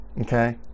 Okay